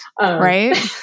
right